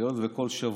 היות שכל שבוע,